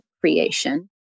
creation